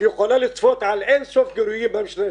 היא יכולה לצפות על אין סוף גילויים שיש בעולם.